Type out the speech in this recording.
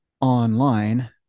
online